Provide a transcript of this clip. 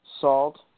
salt